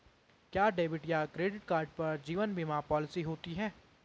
क्या डेबिट या credit card पर जीवन बीमा पॉलिसी होती है?